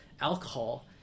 alcohol